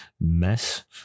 mess